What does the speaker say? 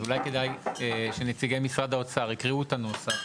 אז אולי כדאי שנציגי משרד האוצר יקריאו את הנוסח,